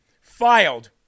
filed